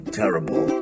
terrible